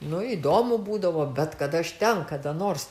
nu įdomu būdavo bet kad aš ten kada nors